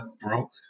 broke